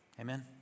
Amen